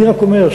אני רק אומר,